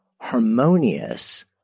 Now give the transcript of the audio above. harmonious